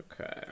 Okay